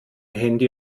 handy